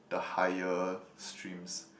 the higher streams